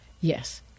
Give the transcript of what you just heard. Yes